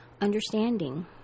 understanding